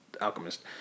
alchemist